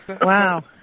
Wow